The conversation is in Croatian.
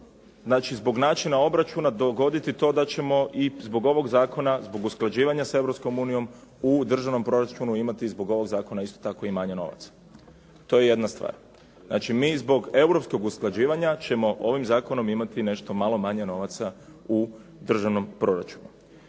znači zbog načina obračuna dogoditi to da ćemo i zbog ovog zakona, zbog usklađivanja s Europskom unijom u državnom proračunu imati zbog ovog zakona isto tako i manje novaca. To je jedna stvar. Znači, mi zbog europskog usklađivanja ćemo ovim zakonom imati nešto malo manje novaca u državnom proračunu.